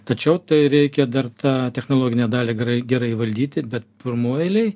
tačiau tai reikia dar tą technologinę dalį grai gerai įvaldyti bet pirmoj eilėj